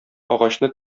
агачны